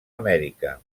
amèrica